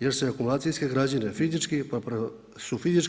jer se akumulacijske građene fizički pa su fizičke.